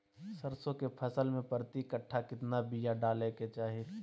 सरसों के फसल में प्रति कट्ठा कितना बिया डाले के चाही?